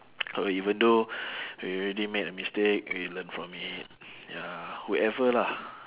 or even though we already made a mistake we learn from it ya whoever lah